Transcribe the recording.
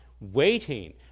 waiting